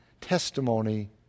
testimony